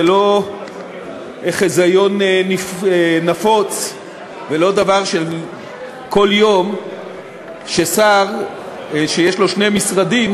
זה לא חיזיון נפוץ ולא דבר של כל יום ששר שיש לו שני משרדים,